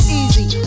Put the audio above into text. easy